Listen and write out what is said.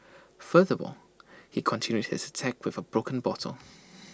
furthermore he continued his attack with A broken bottle